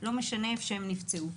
לא משנה איפה שהם נפצעו.